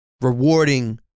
rewarding